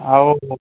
ଆଉ